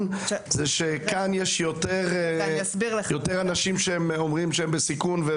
זה שכאן יש יותר אנשים שאומרים שהם בסיכון?